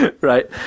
right